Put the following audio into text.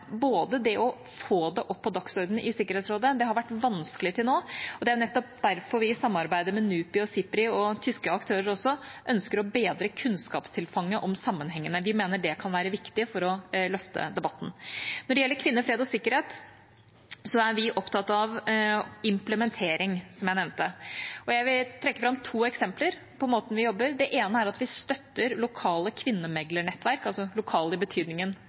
nettopp derfor vi i samarbeid med NUPI, SIPRI og også tyske aktører ønsker å bedre kunnskapstilfanget om sammenhengene. Vi mener det kan være viktig for å løfte debatten. Når det gjelder kvinner, fred og sikkerhet, er vi opptatt av implementering, som jeg nevnte. Jeg vil trekke fram to eksempler på måten vi jobber på. Det ene er at vi støtter lokale kvinnemeglernettverk, altså lokale i betydningen